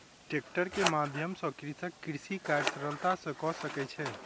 tractor के माध्यम सॅ कृषक कृषि कार्य सरलता सॅ कय सकै छै